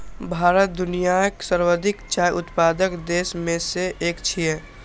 भारत दुनियाक सर्वाधिक चाय उत्पादक देश मे सं एक छियै